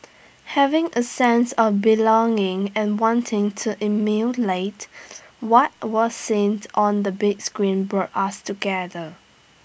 having A sense of belonging and wanting to emulate what was seen on the big screen brought us together